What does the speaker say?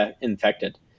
infected